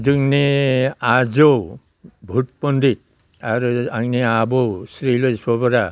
जोंनि आजौ भुट पण्डिट आरो आंनि आबौ श्री